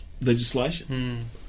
legislation